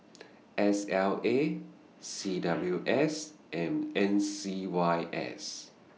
S L A C W S and M C Y S